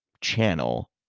channel